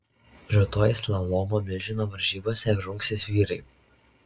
rytoj slalomo milžino varžybose rungsis vyrai